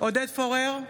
עודד פורר,